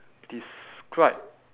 describe